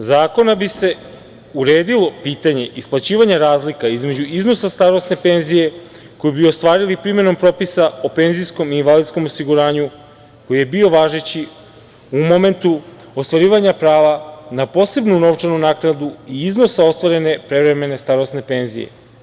Ovim predlogom zakona bi se uredilo pitanje isplaćivanja razlika između iznosa starosne penzije koju bi ostvarili primenom propisa o penzijskom i invalidskom osiguranju koji je bio važeći u momentu ostvarivanja prava na posebnu novčanu naknadu i iznosa ostvarene prevremene starosne penzije.